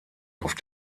auf